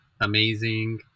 amazing